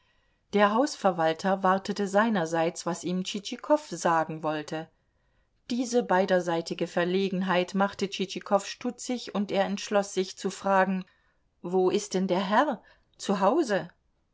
der hausverwalter wartete seinerseits was ihm tschitschikow sagen wollte diese beiderseitige verlegenheit machte tschitschikow stutzig und er entschloß sich zu fragen wo ist denn der herr